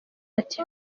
ati